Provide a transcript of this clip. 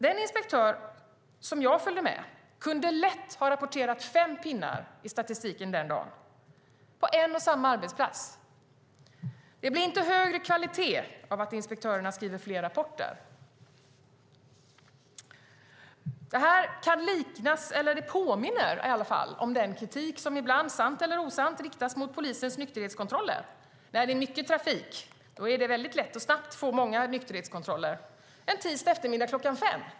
Den inspektör som jag följde med kunde lätt ha rapporterat fem pinnar i statistiken den dagen på en och samma arbetsplats. Det blir inte högre kvalitet för att inspektörerna skriver fler rapporter. Detta påminner om den kritik som ibland, sann eller osann, riktas mot polisens nykterhetskontroller. När det är mycket trafik - en tisdag eftermiddag klockan fem - går det lätt och snabbt att göra många nykterhetskontroller.